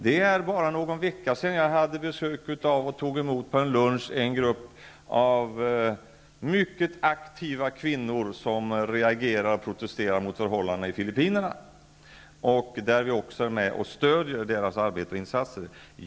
För bara någon vecka sedan tog jag på en lunch emot en grupp mycket aktiva kvinnor som protesterar mot förhållandena i Filippinerna, och där är vi med och stödjer deras arbete och insatser.